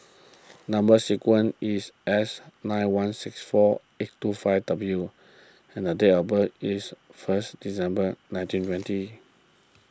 Number Sequence is S nine one six four eight two five W and the date of birth is first December nineteen twenty